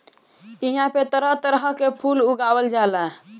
इहां पे तरह तरह के फूल उगावल जाला